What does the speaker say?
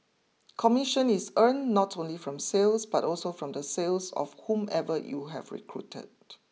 commission is earned not only from sales but also from the sales of whomever you have recruited